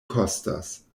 kostas